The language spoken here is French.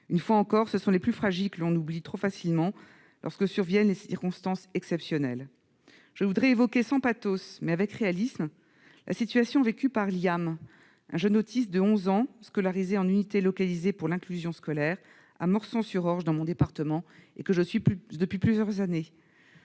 Une fois encore, ce sont les plus fragiles que l'on oublie trop facilement lorsque surviennent des circonstances exceptionnelles ... Je voudrais évoquer, sans pathos mais avec réalisme, la situation vécue par Liam, un jeune autiste de 11 ans scolarisé en unité localisée pour l'inclusion scolaire (ULIS) à Morsang-sur-Orge, dans mon département, et que je suis depuis plusieurs années.